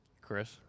Chris